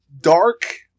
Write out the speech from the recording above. dark